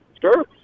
sure